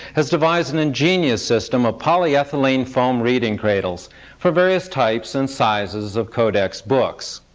has devised an ingenious system of polyethylene foam reading cradles for various types and sizes of codex books.